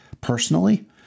personally